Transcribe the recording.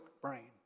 brain